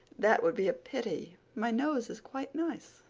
that would be a pity my nose is quite nice,